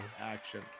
action